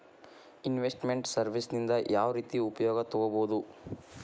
Invest made services ನಿಂದಾ ಯಾವ್ರೇತಿ ಉಪಯೊಗ ತಗೊಬೊದು?